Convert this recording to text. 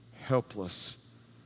helpless